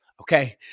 Okay